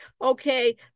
okay